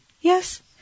yes